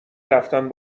رفتن